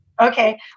Okay